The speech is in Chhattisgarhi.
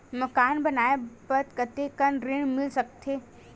मकान बनाये बर कतेकन ऋण मिल सकथे?